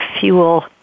fuel